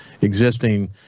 existing